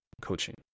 coaching